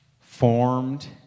formed